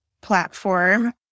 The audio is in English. platform